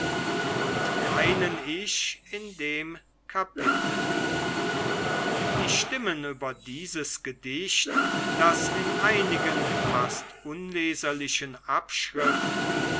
und keinen ich in dem kapitel die stimmen über dieses gedicht das in einigen fast unleserlichen abschriften